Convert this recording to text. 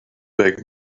back